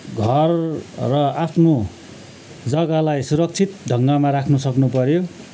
घर र आफ्नो जग्गालाई सुरक्षित ढङ्गमा राख्न सक्नु पर्यो